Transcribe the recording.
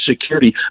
security